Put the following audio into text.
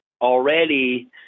already